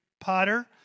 Potter